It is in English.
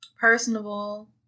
personable